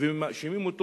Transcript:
ומאשימים אותו